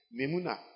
Memuna